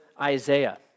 Isaiah